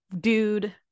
dude